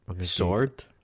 Sword